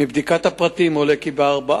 השלושה